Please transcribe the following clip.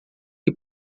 que